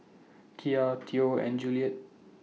Kiya Theo and Juliette